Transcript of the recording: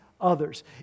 others